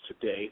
today